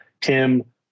tim